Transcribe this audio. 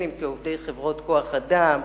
אם כעובדי חברות כוח-אדם,